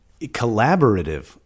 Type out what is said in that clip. collaborative